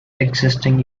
existing